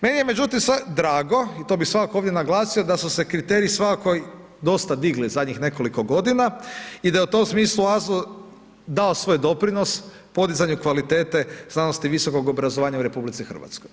Meni je međutim drago i to bih svakako ovdje naglasio da su se kriteriji svakako dosta digli zadnjih nekoliko godina i da je u tom smislu AZVO dao svoj doprinos podizanju kvalitete znanosti i visokog obrazovanja u RH.